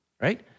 right